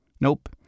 Nope